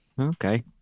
Okay